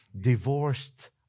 divorced